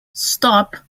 stop